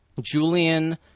Julian